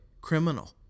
criminal